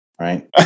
Right